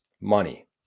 money